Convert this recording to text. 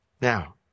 Now